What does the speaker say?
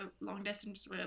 long-distance